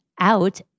out